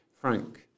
Frank